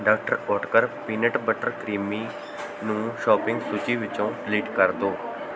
ਡਾ Oetker peanut butter creamy ਨੂੰ shopping ਸੂਚੀ ਵਿੱਚੋਂ ਡਿਲੀਟ ਕਰ ਦਿਓ